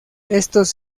estos